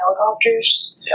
helicopters